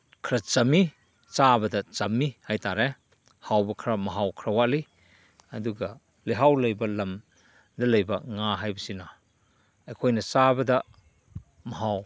ꯈꯔ ꯆꯝꯃꯤ ꯆꯥꯕꯗ ꯆꯝꯃꯤ ꯍꯥꯏ ꯇꯥꯔꯦ ꯍꯥꯎꯕ ꯈꯔ ꯃꯍꯥꯎ ꯈꯔ ꯋꯥꯠꯂꯤ ꯑꯗꯨꯒ ꯂꯩꯍꯥꯎ ꯂꯩꯕ ꯂꯝꯗ ꯂꯩꯕ ꯉꯥ ꯍꯥꯏꯕꯁꯤꯅ ꯑꯩꯈꯣꯏꯅ ꯆꯥꯕꯗ ꯃꯍꯥꯎ